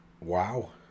Wow